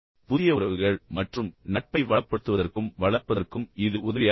புதிய உறவுகள் மற்றும் நட்பை வளப்படுத்துவதற்கும் வளர்ப்பதற்கும் இது உதவியாக இருக்கும்